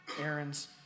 errands